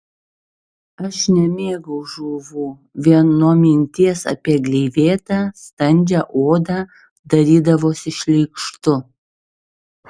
aš nemėgau žuvų vien nuo minties apie gleivėtą standžią odą darydavosi šleikštu